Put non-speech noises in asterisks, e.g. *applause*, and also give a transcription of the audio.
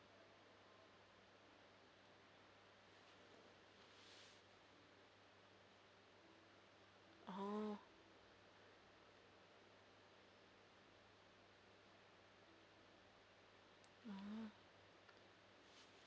*breath* oh oh